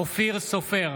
אינו נוכח